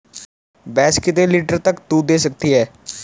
भैंस कितने लीटर तक दूध दे सकती है?